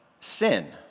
sin